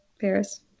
Paris